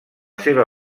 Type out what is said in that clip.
seva